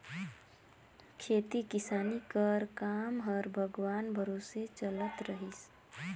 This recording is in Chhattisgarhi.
खेती किसानी कर काम हर भगवान भरोसे चलत रहिस